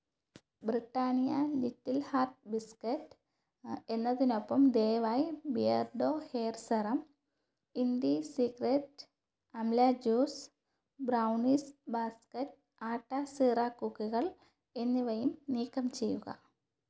Britannia Little Heart biscuit എന്നതിനൊപ്പം ദയവായി Beardo hair serum indie secret amla juice brownies basket atta സിറാ കുക്കികൾ എന്നിവയും നീക്കം ചെയ്യുക